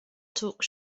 talk